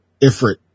Ifrit